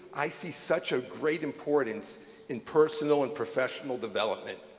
i see such a great importance in personal and professional development.